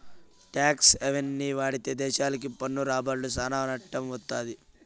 talks హెవెన్ని వాడితే దేశాలకి పన్ను రాబడ్ల సానా నట్టం వత్తది